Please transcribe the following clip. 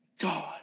God